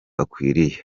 akwiriye